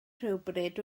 rhywbryd